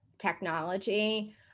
technology